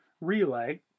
relay